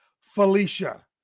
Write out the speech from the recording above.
Felicia